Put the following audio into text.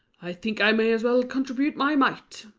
i think i may as well contribute my mite